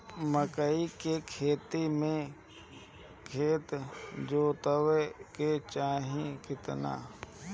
मकई के खेती मे खेत जोतावे के चाही किना?